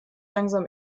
langsam